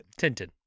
Tintin